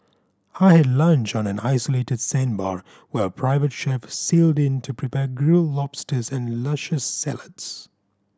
I had lunch on an isolated sandbar where a private chef sailed in to prepare grilled lobsters and luscious salads